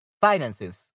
Finances